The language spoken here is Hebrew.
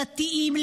דתיים,